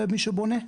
למי שבונה?